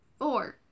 Four